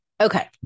Okay